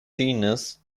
genus